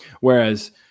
whereas